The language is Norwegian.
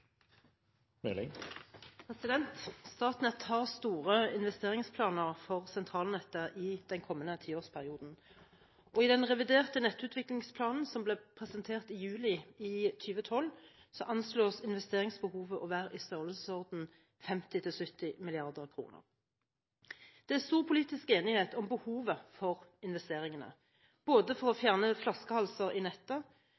bak. Statnett har store investeringsplaner for sentralnettet i den kommende tiårsperioden, og i den reviderte nettutviklingsplanen som ble presentert i juli 2012, anslås investeringsbehovet å være i størrelsesorden 50–70 mrd. kr. Det er stor politisk enighet om behovet for investeringene – både for å fjerne flaskehalser i nettet, for å kunne ta